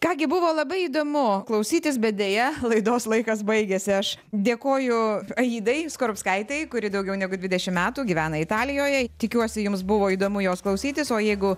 ką gi buvo labai įdomu klausytis bet deja laidos laikas baigėsi aš dėkoju aidai skorupskaitei kuri daugiau negu dvidešim metų gyvena italijoje tikiuosi jums buvo įdomu jos klausytis o jeigu